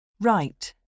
Right